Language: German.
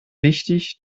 wichtig